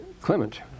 Clement